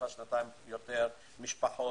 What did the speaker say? משפחות,